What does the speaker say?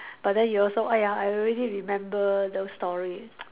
but then you also !aiya! I already remember the story